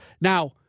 Now